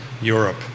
Europe